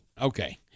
Okay